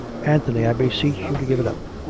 anthony, i beseech you to give it up.